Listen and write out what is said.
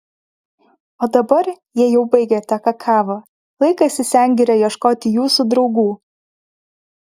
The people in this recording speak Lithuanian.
o dabar jei jau baigėte kakavą laikas į sengirę ieškoti jūsų draugų